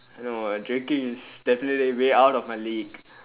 no drinking is definitely way out of my league